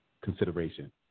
consideration